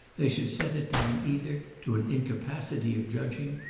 they should set it down either to an incapacity of judging,